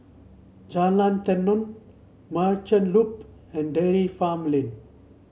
Jalan Tenon Merchant Loop and Dairy Farm Lane